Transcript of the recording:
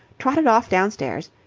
trotted off downstairs,